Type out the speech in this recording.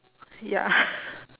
ya